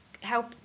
help